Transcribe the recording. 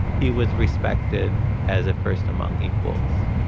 he was respected as a first among equals.